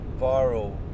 viral